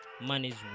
money's